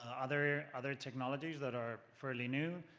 ah other other technologies that are fairly new,